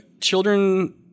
children